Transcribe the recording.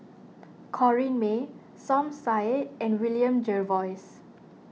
Corrinne May Som Said and William Jervois